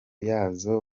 yazo